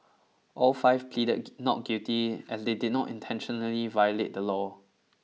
all five pleaded not guilty as they did not intentionally violate the law